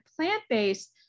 plant-based